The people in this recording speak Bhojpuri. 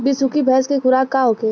बिसुखी भैंस के खुराक का होखे?